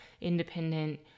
independent